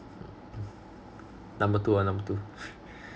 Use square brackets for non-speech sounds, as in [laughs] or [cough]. number two ah number two [laughs]